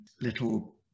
little